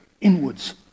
inwards